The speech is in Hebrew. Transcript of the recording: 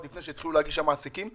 עוד לפני שהמעסיקים הגישו.